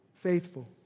Faithful